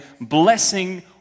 blessing